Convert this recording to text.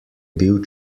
bil